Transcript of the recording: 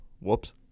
whoops